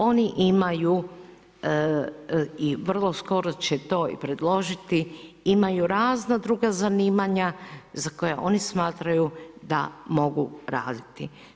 Oni imaju i vrlo skoro će to i predložiti, imaju razna druga zanimanja za koja smatraju da mogu raditi.